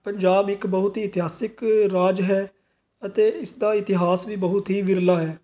ਪੰਜਾਬ ਇੱਕ ਬਹੁਤ ਹੀ ਇਤਿਹਾਸਿਕ ਰਾਜ ਹੈ ਅਤੇ ਇਸ ਦਾ ਇਤਿਹਾਸ ਵੀ ਬਹੁਤ ਹੀ ਵਿਰਲਾ ਹੈ